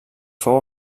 fou